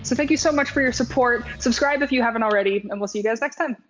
so thank you so much for your support. subscribe if you haven't already, and we'll see you guys next time.